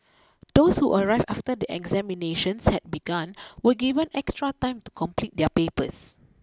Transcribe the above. those who arrived after the examinations had begun were given extra time to complete their papers